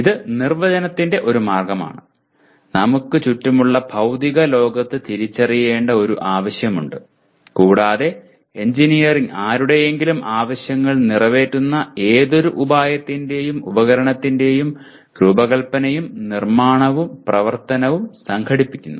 ഇത് നിർവചനത്തിന്റെ ഒരു മാർഗമാണ് നമുക്ക് ചുറ്റുമുള്ള ഭൌതിക ലോകത്ത് തിരിച്ചറിയേണ്ട ഒരു ആവശ്യമുണ്ട് കൂടാതെ എഞ്ചിനീയറിംഗ് ആരുടെയെങ്കിലും ആവശ്യങ്ങൾ നിറവേറ്റുന്ന ഏതൊരു ഉപായത്തിന്റെയും ഉപകരണത്തിന്റെയും രൂപകൽപ്പനയും നിർമ്മാണവും പ്രവർത്തനവും സംഘടിപ്പിക്കുന്നു